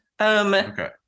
Okay